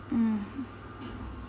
mm